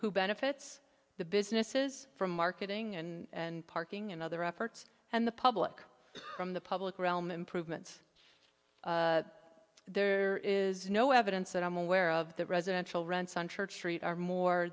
who benefits the businesses from marketing and parking and other efforts and the public from the public realm improvements there is no evidence that i'm aware of the residential rents on church street are more